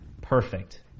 perfect